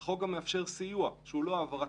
זה לא רלוונטי.